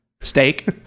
Steak